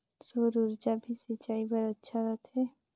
सौर ऊर्जा भी सिंचाई बर अच्छा रहथे?